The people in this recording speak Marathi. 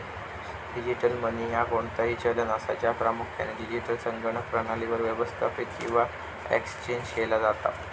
डिजिटल मनी ह्या कोणताही चलन असा, ज्या प्रामुख्यान डिजिटल संगणक प्रणालीवर व्यवस्थापित किंवा एक्सचेंज केला जाता